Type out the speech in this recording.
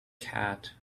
cat